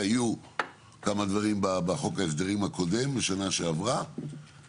היו כמה דברים בחוק ההסדרים הקודם בשנה שעברה